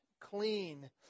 clean